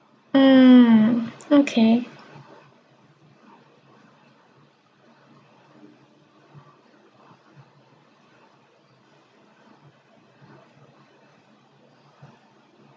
mm okay